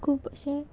खूब अशें